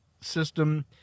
system